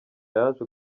yaje